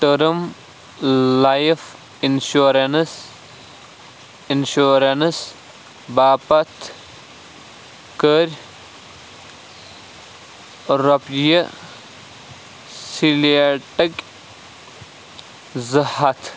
term life insurance insurance باپَتھ کَر رۄپیہِ سِلٮ۪ٹٕک زٕ ہَتھ